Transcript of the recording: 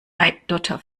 eidotter